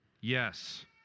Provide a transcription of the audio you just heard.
Yes